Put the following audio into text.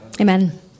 Amen